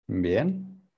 Bien